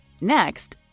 Next